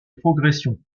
progression